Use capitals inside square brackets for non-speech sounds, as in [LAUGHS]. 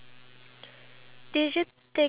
okay [LAUGHS]